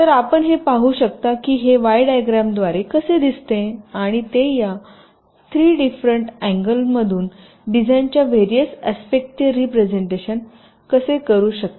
तर आपण हे पाहू शकता की हे वाय डायग्रॅमद्वारे कसे दिसते आणि ते या 3 डिफरेंट अँगलतून डिझाइनच्या व्हेरियस आस्पेक्टचे रिप्रेझेन्टटेशन कसे करू शकते